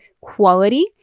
quality